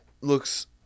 looks